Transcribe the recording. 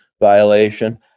violation